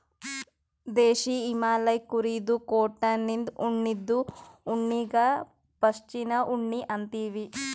ದೇಶೀ ಹಿಮಾಲಯ್ ಕುರಿದು ಕೋಟನಿಂದ್ ಮಾಡಿದ್ದು ಉಣ್ಣಿಗಾ ಪಶ್ಮಿನಾ ಉಣ್ಣಿ ಅಂತೀವಿ